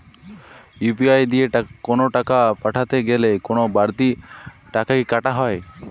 UPI দিয়ে কোন টাকা পাঠাতে গেলে কোন বারতি টাকা কি কাটা হয়?